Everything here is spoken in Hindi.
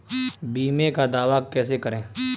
बीमे का दावा कैसे करें?